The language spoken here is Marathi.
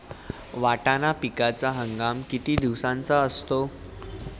वाटाणा पिकाचा हंगाम किती दिवसांचा असतो?